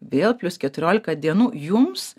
vėl plius keturiolika dienų jums